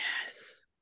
yes